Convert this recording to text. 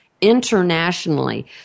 internationally